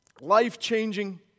life-changing